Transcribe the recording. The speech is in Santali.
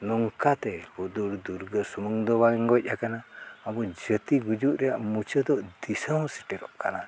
ᱱᱚᱝᱠᱟᱛᱮ ᱦᱩᱫᱩᱲ ᱫᱩᱨᱜᱟᱹ ᱥᱩᱢᱩᱝ ᱫᱚ ᱵᱟᱝ ᱜᱚᱡ ᱟᱠᱟᱱᱟ ᱟᱵᱚ ᱡᱟᱛᱤ ᱜᱩᱡᱩᱜ ᱨᱮᱭᱟᱜ ᱢᱩᱪᱟᱹᱫᱚᱜ ᱫᱤᱥᱚᱢ ᱥᱮᱴᱮᱨᱚᱜ ᱠᱟᱱᱟ